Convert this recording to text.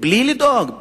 בלי לדאוג.